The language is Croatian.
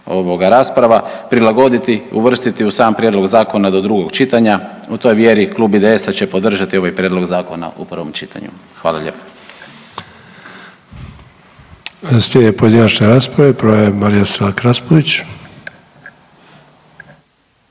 ovoga rasprava, prilagoditi i uvrstiti u sam prijedlog zakona do drugog čitanja. U toj vjeri Klub IDS-a će podržati ovaj prijedlog zakona u prvom čitanju. Hvala lijepo.